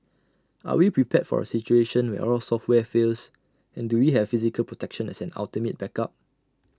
are we prepared for A situation where all software fails and do we have physical protection as an ultimate backup